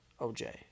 OJ